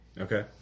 Okay